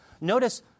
Notice